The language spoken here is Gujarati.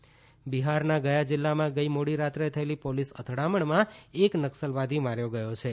બિહાર નકસલવાદી બિહારના ગયા જિલ્લામાં ગઇ મોડીરાત્રે થયેલી પોલીસ અથડામણમાં એક નકસલવાદી માર્યો ગયો છે